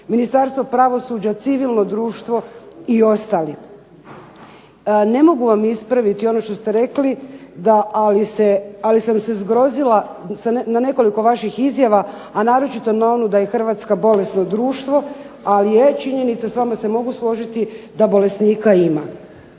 Ministarstvo pravosuđa, civilno društvo i ostali. Ne mogu vam ispraviti ono što ste rekli da, ali sam se zgrozila na nekoliko vaših izjava, a naročito na onu da je Hrvatska bolesno društvo, ali je činjenica, s vama se mogu složiti, da bolesnika ima.